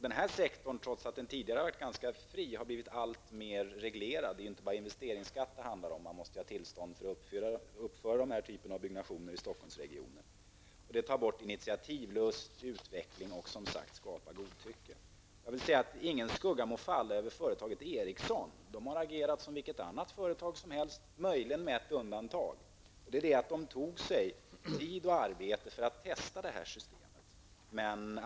Den här sektorn, trots att den tidigare var ganska fri, har blivit alltmer reglerad. Det är inte bara investeringsskatten det handlar om -- man måste ha tillstånd för att uppföra vissa byggnader i Stockholmsregionen. Det tar bort initiativlust, utveckling och som sagt skapar godtycke. Ingen skugga må falla över företaget Ericsson. Det har agerat som vilket annat företag som helst, möjligen med det undantaget att företaget tog sig tid och arbetade för att testa systemet.